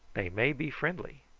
they may be friendly.